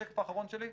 האחרון.